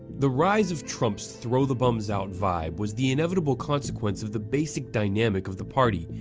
the rise of trump's throw the bums out vibe was the inevitable consequence of the basic dynamic of the party,